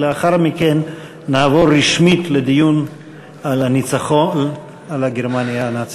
ולאחר מכן נעבור רשמית לדיון בנושא הניצחון על גרמניה הנאצית.